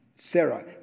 Sarah